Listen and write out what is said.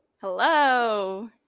Hello